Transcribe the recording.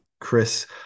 Chris